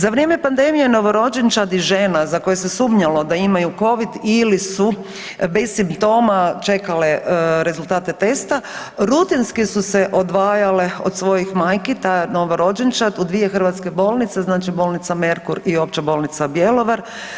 Za vrijeme pandemije novorođenčad i žena za koje se sumnjalo da imaju Covid ili su bez simptoma čekale rezultate testa rutinski su se odvajale od svojih majki ta novorođenčad u dvije hrvatske bolnice znači bolnica Merkur i Opća bolnica Bjelovar.